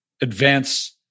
advance